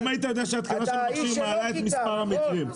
אם היית יודע שהתקנה של מכשיר מעלה את מספר המקרים?